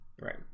right